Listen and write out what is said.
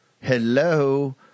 Hello